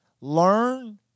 Learn